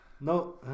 No